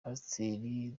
pasiteri